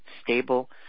stable